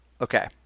okay